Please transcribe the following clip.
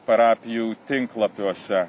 parapijų tinklapiuose